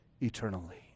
eternally